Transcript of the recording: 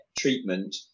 treatment